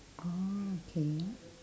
orh okay